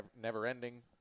never-ending